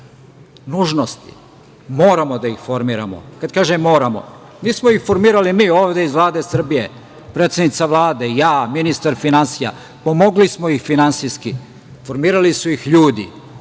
nužnosti. Moramo da ih formiramo. Kada kažem moramo, nismo ih formirali ovde mi iz Vlade Srbije, predsednica Vlade, ja , ministar finansija, pomogli smo ih finansijski. Formirali su ih ljudi,